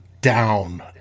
down